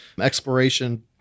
Exploration